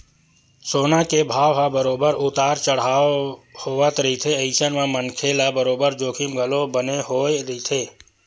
सोना के भाव ह बरोबर उतार चड़हाव होवत रहिथे अइसन म मनखे ल बरोबर जोखिम घलो बने होय रहिथे